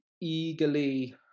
eagerly